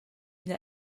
ina